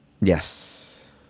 Yes